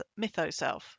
Mythoself